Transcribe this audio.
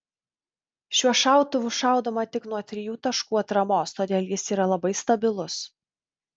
šiuo šautuvu šaudoma tik nuo trijų taškų atramos todėl jis yra labai stabilus